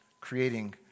creating